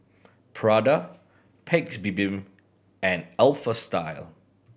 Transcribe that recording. Prada Paik's Bibim and Alpha Style